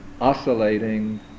oscillating